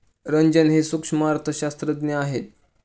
रंजन हे सूक्ष्म अर्थशास्त्रज्ञ आहेत